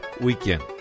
Weekend